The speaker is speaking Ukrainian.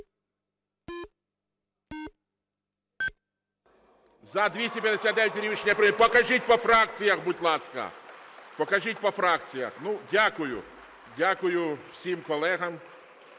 дякую всім колегам.